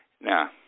Now